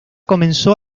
comenzó